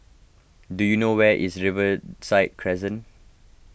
do you know where is Riverside Crescent